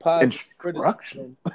instruction